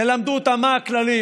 תלמדו אותם מה הכללים.